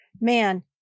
Man